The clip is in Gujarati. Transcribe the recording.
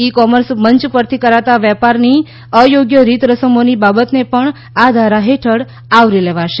ઇ કોમર્સ મંચ પરથી કરાતા વેપારની અયોગ્ય રીતરસમોની બાબતને પણ આ ધારા હેઠળ આવરી લેવાશે